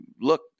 look